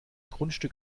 grundstück